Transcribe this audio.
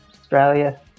Australia